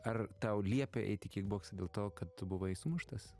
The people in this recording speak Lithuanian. ar tau liepė eit į kikboksą dėl to kad tu buvai sumuštas